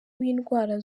w’indwara